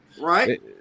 Right